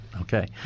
Okay